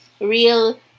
real